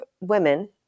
women